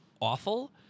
awful